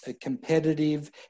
competitive